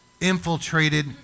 infiltrated